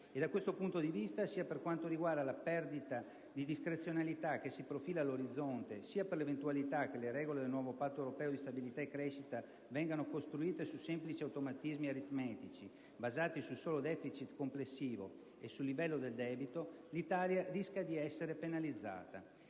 Da questo punto di vista, per quanto riguarda sia la perdita di discrezionalità che si profila all'orizzonte, che per l'eventualità che le regole del nuovo Patto europeo di stabilità e crescita vengano costruite su semplici automatismi aritmetici, basati sul solo deficit complessivo e sul livello del debito, l'Italia rischia di essere penalizzata.